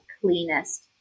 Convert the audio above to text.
cleanest